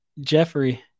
jeffrey